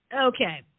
okay